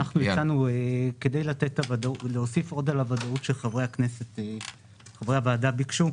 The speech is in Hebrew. כדי להוסיף על הוודאות שחברי הוועדה ביקשו,